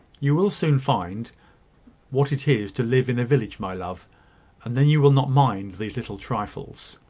you will soon find what it is to live in a village, my love and then you will not mind these little trifles.